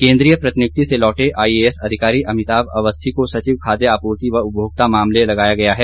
केंद्रीय प्रतिनियुक्ति से लौटे आईएएस अधिकारी अमिताभ अवस्थी को सचिव खाद्य आपूर्ति व उपभोक्ता मामले लगाया गया है